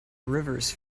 rivers